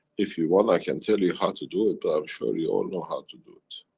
if you want i can tell you how to do it, but i'm sure you all know how to do it.